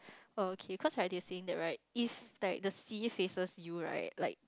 oh okay cause like they saying that right if like the C faces you right like